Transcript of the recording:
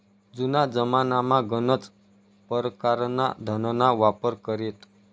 जुना जमानामा गनच परकारना धनना वापर करेत